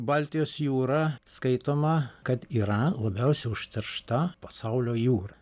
baltijos jūra skaitoma kad yra labiausiai užteršta pasaulio jūra